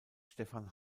stefan